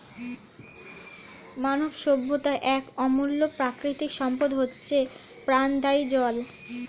মানব সভ্যতার এক অমূল্য প্রাকৃতিক সম্পদ হচ্ছে প্রাণদায়ী জল